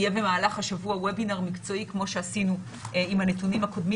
יהיה במהלך השבוע Webinar מקצועי כמו שעשינו עם הנתונים הקודמים